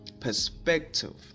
perspective